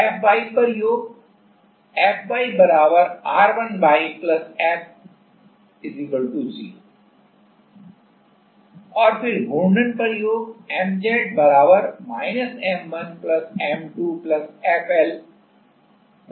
फिर Fy पर योग Fy R1y F 0 और फिर घूर्णन पर योग Mz M1 M2 FL 0